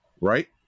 right